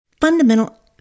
fundamental